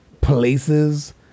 places